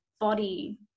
body